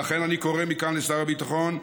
לכן, אני קורא מכאן לשר הביטחון,